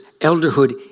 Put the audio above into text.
elderhood